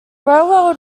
railroad